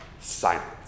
Silence